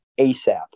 asap